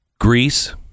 Greece